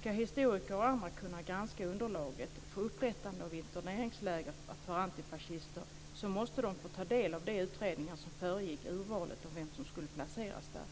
Ska historiker och andra kunna granska underlaget för upprättande av interneringsläger för antifascister måste de få ta del av de utredningar som föregick urvalet av vem som skulle placeras där.